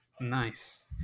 Nice